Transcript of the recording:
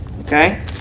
Okay